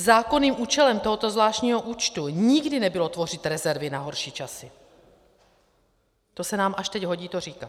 Zákonným účelem tohoto zvláštního účtu nikdy nebylo tvořit rezervy na horší časy, to se nám až teď hodí to říkat.